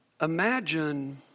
Imagine